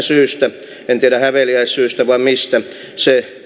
syystä en tiedä häveliäisyyssyistä vai mistä se